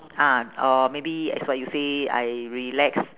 ah or maybe as what you say I relax